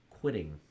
quitting